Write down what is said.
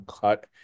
cut